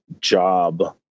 job